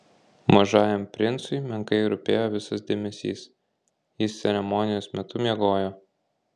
mažajam princui menkai rūpėjo visas dėmesys jis ceremonijos metu miegojo